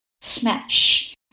Smash